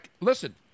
listen